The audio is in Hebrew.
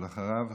ואחריו,